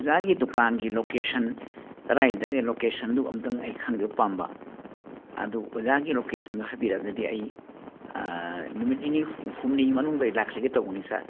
ꯑꯣꯖꯥꯒꯤ ꯗꯨꯀꯥꯟꯒꯤ ꯂꯣꯀꯦꯁꯟ ꯀꯗꯥꯏꯗ ꯂꯣꯀꯦꯁꯟꯗꯨ ꯑꯃꯨꯛꯇꯪ ꯑꯩ ꯈꯪꯖꯕ ꯄꯥꯝꯕ ꯑꯗꯨ ꯑꯣꯖꯥꯒꯤ ꯂꯣꯀꯦꯁꯅꯗꯨ ꯍꯥꯏꯕꯤꯔꯒꯗꯤ ꯑꯩ ꯅꯨꯃꯤꯠ ꯅꯤꯅꯤ ꯍꯨꯝꯅꯤꯒꯤ ꯃꯅꯨꯡꯗ ꯂꯥꯛꯆꯒꯦ ꯇꯧꯕꯅꯤ ꯁꯥꯔ